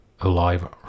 alive